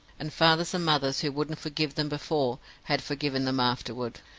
and fathers and mothers who wouldn't forgive them before had forgiven them afterward.